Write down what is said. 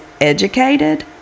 educated